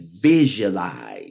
visualize